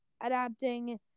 adapting